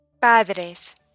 Padres